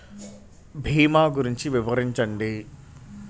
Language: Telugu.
భీమా గురించి వివరించండి?